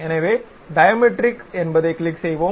எனவே டயமெட்ரிக் என்பதைக் கிளிக் செய்வோம்